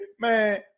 Man